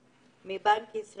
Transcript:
ישראל.